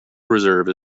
reserve